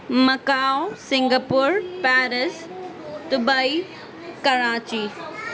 Macau Singapore Paris Dubai Karachi